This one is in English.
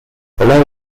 below